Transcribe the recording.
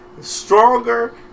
stronger